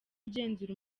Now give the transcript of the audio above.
agenzura